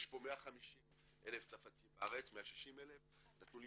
יש פה 160,000 צרפתים בארץ, נתנו לי